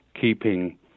keeping